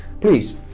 Please